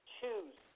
Choose